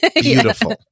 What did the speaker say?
Beautiful